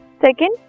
Second